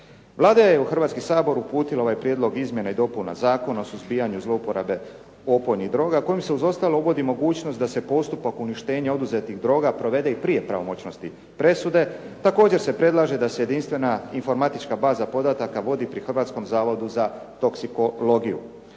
Vlada je u Hrvatski sabor uputila ovaj prijedlog izmjena i dopuna Zakona o suzbijanju zlouporabe opojnih droga kojim se uz ostalo uvodi mogućnost da se postupak uništenja oduzetih droga provede i prije pravomoćnosti presude. Također se predlaže da se jedinstvena informatička baza podataka vodi pri Hrvatskom zavodu za toksikologiju.